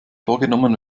vorgenommen